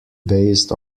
based